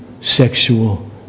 sexual